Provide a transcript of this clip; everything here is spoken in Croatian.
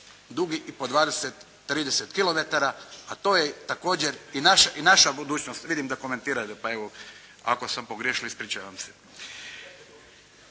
dugi i po 20, 30 kilometara. A to je također i naša budućnost, vidim da komentirate, pa evo, ako sam pogriješio, ispričavam se.